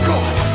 God